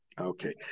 Okay